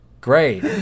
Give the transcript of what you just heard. Great